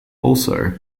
also